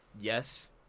Yes